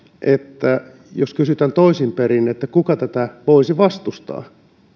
että jos kysytään toisin perin että kuka tätä voisi vastustaa